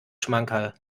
schmankerl